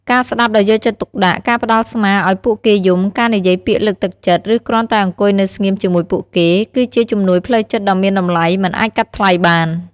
ការស្តាប់ដោយយកចិត្តទុកដាក់ ការផ្តល់ស្មាឲ្យពួកគេយំ ការនិយាយពាក្យលើកទឹកចិត្ត ឬគ្រាន់តែអង្គុយនៅស្ងៀមជាមួយពួកគេ គឺជាជំនួយផ្លូវចិត្តដ៏មានតម្លៃមិនអាចកាត់ថ្លៃបាន។